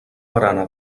barana